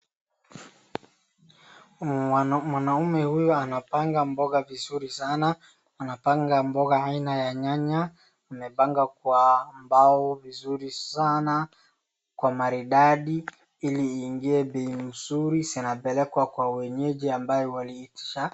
Mwanaume huyu anapanga mboga vizuri sana. Anapanga mboga aina ya nyanya. Amepannga kwa mbao vizuri sana kwa maridadi ili iingie bei mzuri. Zinapelekwa kwa wenyeji ambaye waliitisha.